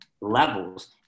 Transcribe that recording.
levels